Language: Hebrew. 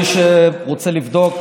מי שרוצה לבדוק,